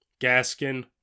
Gaskin